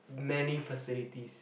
many facilities